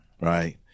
right